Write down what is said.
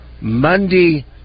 Monday